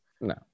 No